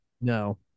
No